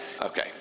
okay